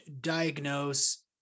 diagnose